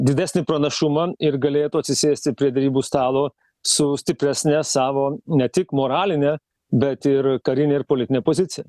didesnį pranašumą ir galėtų atsisėsti prie derybų stalo su stipresne savo ne tik moraline bet ir karine ir politine pozicija